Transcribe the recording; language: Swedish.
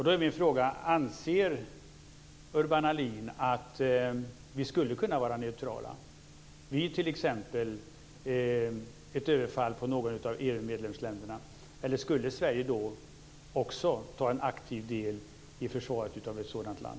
Då är min fråga: Anser Urban Ahlin att vi skulle kunna vara neutrala vid t.ex. ett överfall på något av EU-medlemsländerna eller skulle Sverige också ta en aktiv del i försvaret av ett sådant land?